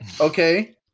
okay